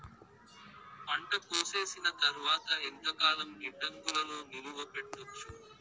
పంట కోసేసిన తర్వాత ఎంతకాలం గిడ్డంగులలో నిలువ పెట్టొచ్చు?